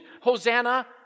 Hosanna